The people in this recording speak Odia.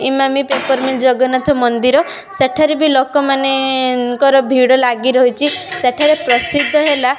ଇମାମୀ ପେପର୍ ମିଲ୍ ଜଗନ୍ନାଥ ମନ୍ଦିର ସେଠାରେ ବି ଲୋକମାନଙ୍କର ଭିଡ଼ ଲାଗି ରହିଛି ସେଠାରେ ପ୍ରସିଦ୍ଧ ହେଲା